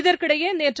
இதற்கிடையேநேற்று